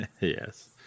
yes